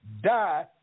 die